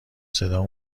صدا